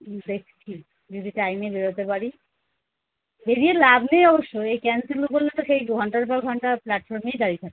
দেখছি যদি টাইমে বেরোতে পারি বেরিয়ে লাভ নেই অবশ্য এই ক্যান্সেল করলে তো সেই ঘণ্টার পর ঘণ্টা প্ল্যাটফর্মেই দাঁড়িয়ে থাকতে হয়